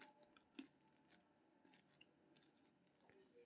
बाजरा के रोटी, खाखरा, भाकरी आदि बनाएल जाइ छै